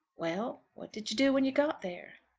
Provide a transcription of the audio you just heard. well what did you do when you got there?